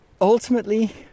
ultimately